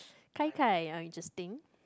gai-gai oh interesting